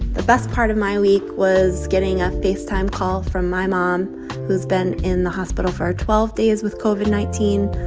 the best part of my week was getting a facetime call from my mom who's been in the hospital for twelve days with covid nineteen,